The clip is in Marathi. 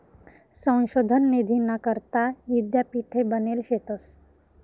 संशोधन निधीना करता यीद्यापीठे बनेल शेतंस